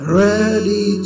ready